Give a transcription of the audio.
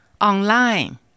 Online